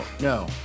no